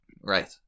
Right